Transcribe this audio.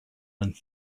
and